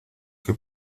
que